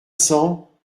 cents